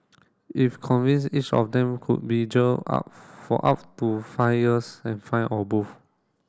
if convince each of them could be jailed up for up to five years and fined or both